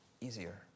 easier